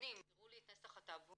הקונים הראו לי את נסח הטאבו